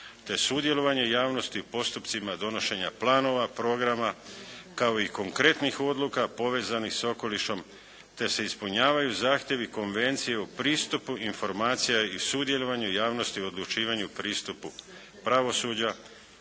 te sudjelovanje javnosti u postupcima donošenja planova, programa kao i konkretnih odluka povezanih s okolišem te se ispunjavaju zahtjevi konvencije u pristupu informacija i sudjelovanju javnosti u odlučivanju u pristupu pravosuđa